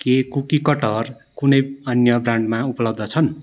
के cookie cutter कुनै अन्य ब्रान्डमा उपलब्ध छन्